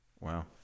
Wow